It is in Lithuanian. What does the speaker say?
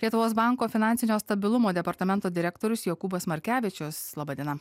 lietuvos banko finansinio stabilumo departamento direktorius jokūbas markevičius laba diena